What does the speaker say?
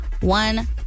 one